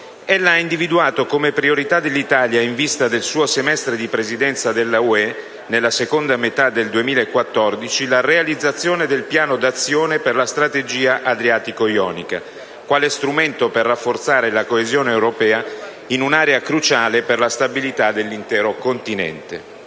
ella ha individuato come priorità dell'Italia, in vista del suo semestre di presidenza della Unione europea nella seconda metà del 2014, la realizzazione del Piano d'azione per la strategia adriatico-ionica quale strumento per rafforzare la coesione europea in un'area cruciale per la stabilità dell'intero continente.